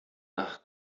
nach